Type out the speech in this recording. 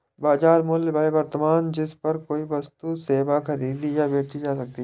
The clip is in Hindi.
बाजार मूल्य वह वर्तमान जिस पर कोई वस्तु सेवा खरीदी या बेची जा सकती है